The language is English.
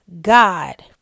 God